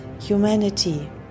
humanity